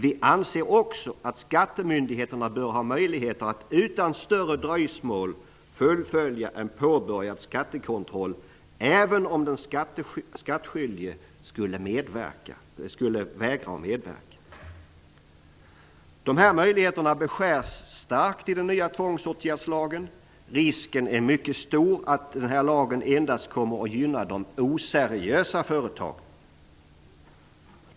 Vi anser dock, att skattemyndigheterna bör ha möjligheter att utan större dröjsmål fullfölja en påbörjad skattekontroll, även om den skattskyldige skulle vägra att medverka. Dessa möjligheter beskärs starkt i den nya tvångsåtgärdslagen. Risken är mycket stor att denna lag endast kommer att gynna de oseriösa företagen.